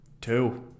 Two